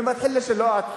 לא את,